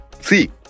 See